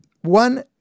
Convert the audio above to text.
One